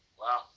Wow